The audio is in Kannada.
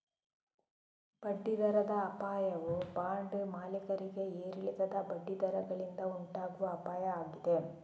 ಬಡ್ಡಿ ದರದ ಅಪಾಯವು ಬಾಂಡ್ ಮಾಲೀಕರಿಗೆ ಏರಿಳಿತದ ಬಡ್ಡಿ ದರಗಳಿಂದ ಉಂಟಾಗುವ ಅಪಾಯ ಆಗಿದೆ